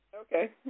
Okay